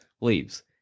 leaves